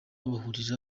bahurira